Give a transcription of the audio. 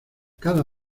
cada